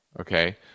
Okay